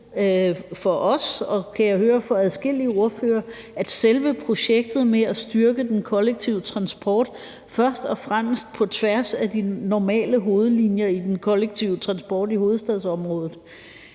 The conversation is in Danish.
for os – og for adskillige ordførere, kan jeg høre – selve projektet med at styrke den kollektive transport, først og fremmest på tværs af de normale hovedlinjer i den kollektive transport i hovedstadsområdet,